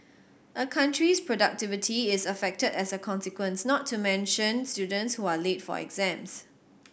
a country's productivity is affected as a consequence not to mention students who are late for exams